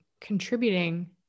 contributing